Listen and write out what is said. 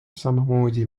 samamoodi